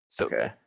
okay